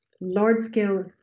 large-scale